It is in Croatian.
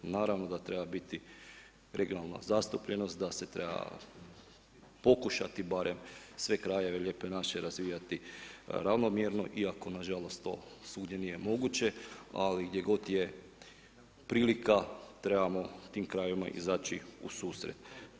Naravno, da treba biti regionalna zastupljenost, da se treba pokušati barem sve krajeve lijepe naše razvijati ravnomjerno iako nažalost to svugdje nije moguće, ali gdje godine je prilika, trebamo tim krajevima izaći u susret.